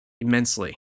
immensely